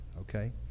okay